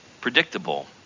predictable